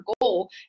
goal